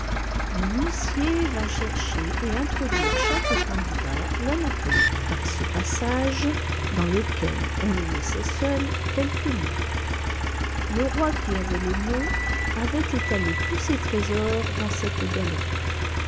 un huissier vint chercher et introduire chaque candidat l'un après l'autre par ce passage dans lequel on le laissait seul quelques minutes le roi qui avait le mot avait étalé tous ses trésors dans cette galerie